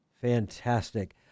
Fantastic